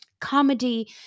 comedy